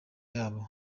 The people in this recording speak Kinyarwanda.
yabo